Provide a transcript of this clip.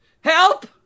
Help